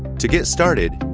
to get started,